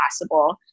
possible